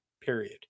period